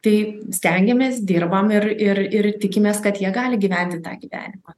tai stengiamės dirbam ir ir ir tikimės kad jie gali gyventi tą gyvenimą